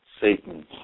Satan